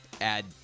add